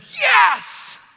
yes